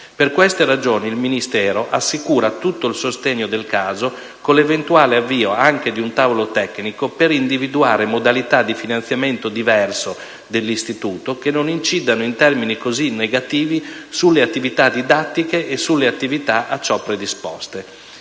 Per queste ragioni il Ministero assicura tutto il sostegno del caso, con l'eventuale avvio anche di un tavolo tecnico per individuare modalità di finanziamento diverse dell'Istituto, che non incidano in termini così negativi sulle attività didattiche e sulle strutture a ciò predisposte.